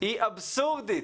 היא אבסורדית,